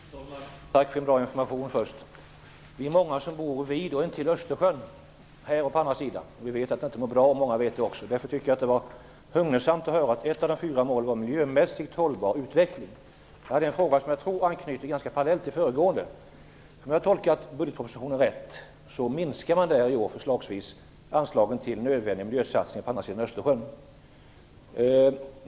Herr talman! Först tack för bra information! Vi är många som bor vid och intill Östersjön, här och på andra sidan. Vi vet att Östersjön inte mår bra, och många andra vet det också. Därför tycker jag att det var hugnesamt att höra att ett av de fyra målen är en miljömässigt hållbar utveckling. Jag har en fråga som jag tror anknyter ganska väl till den föregående. Om jag har tolkat budgetpropositionen rätt, minskar man i år anslagen till nödvändiga miljösatsningar på andra sidan Östersjön.